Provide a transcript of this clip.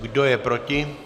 Kdo je proti?